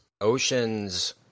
Ocean's